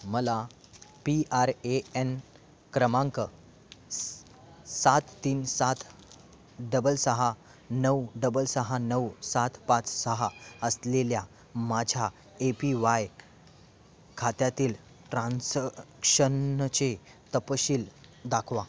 मला P R A N क्रमांक स् सात तीन सात डबल सहा नऊ डबल सहा नऊ सात पाच सहा असलेल्या माझ्या ए पी वाय खात्यातील ट्रान्सशनचे तपशील दाखवा